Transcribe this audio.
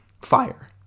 fire